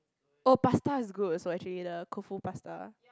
oh pasta is good also actually the Koufu pasta